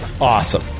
Awesome